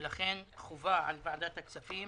ולכן חובה על ועדת הכספים